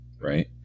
right